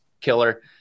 killer